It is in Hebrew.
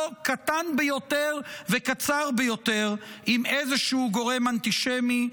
קטן ביותר וקצר ביותר עם איזשהו גורם אנטישמי.